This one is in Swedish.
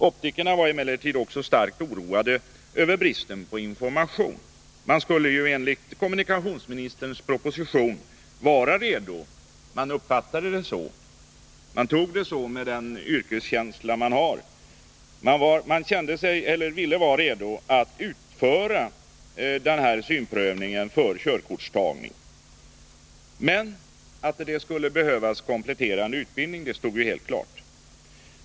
Optikerna var emellertid också starkt oroade över bristen på information. Man skulle ju enligt kommunikationsministerns proposition vara redo — man uppfattade det så med den yrkeskänsla man har. Man ville vara redo att utföra denna synprövning för körkortstagning. Men att det skulle behövas en kompletterande utbildning stod helt klart.